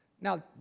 Now